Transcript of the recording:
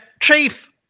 Chief